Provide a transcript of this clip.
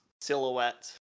silhouette